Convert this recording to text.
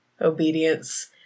obedience